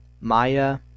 Maya